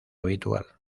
habitual